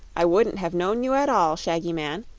i wouldn't have known you at all, shaggy man,